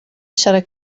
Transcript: siarad